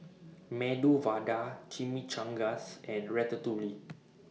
Medu Vada Chimichangas and Ratatouille